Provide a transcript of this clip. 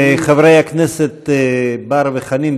חברי הכנסת בר וחנין,